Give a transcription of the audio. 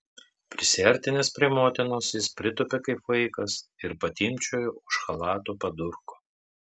prisiartinęs prie motinos jis pritūpė kaip vaikas ir patimpčiojo už chalato padurko